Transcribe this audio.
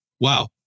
Wow